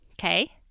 okay